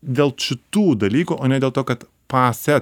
dėl šitų dalykų o ne dėl to kad pase